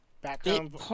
Background